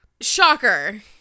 Shocker